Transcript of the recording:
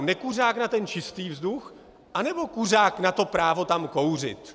Nekuřák na ten čistý vzduch, anebo kuřák na to právo tam kouřit?